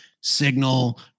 Signal